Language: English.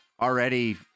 already